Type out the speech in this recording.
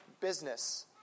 business